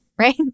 Right